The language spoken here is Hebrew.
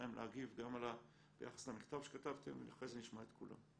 להם להגיב גם ביחס למכתב שכתבתם ואחרי כן נשמע את כולם.